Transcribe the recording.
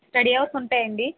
study hours ఉంటాయా అండి